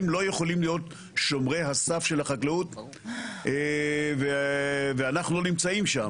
הם לא יכולים להיות שומרי הסף של החקלאות ואנחנו לא נמצאים שם.